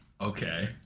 Okay